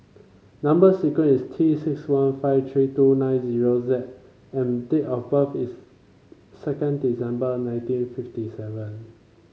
number sequence is T six one five three two nine zero Z and date of birth is second December nineteen fifty seven